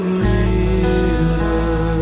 river